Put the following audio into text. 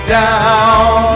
down